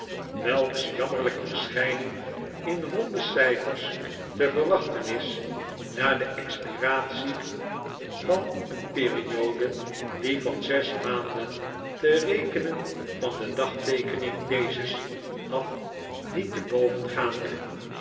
welks jammerlijke verschijning in ronde cijfers te verwachten is na de expiratie van een periode die van zes maanden te rekenen van de dagteekening dezes af niet te boven gaande